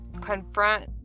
Confront